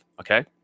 okay